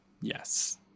Yes